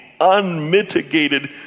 unmitigated